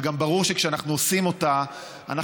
וגם ברור שכשאנחנו עושים אותה אנחנו